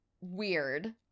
weird